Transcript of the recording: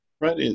right